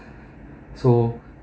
so